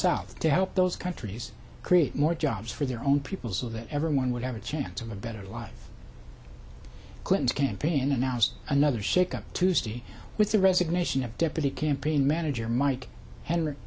south to help those countries create more jobs for their own people so that everyone would have a chance a better life clinton's campaign announced another shakeup tuesday with the resignation of deputy campaign manager mike henry